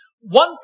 one